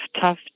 tough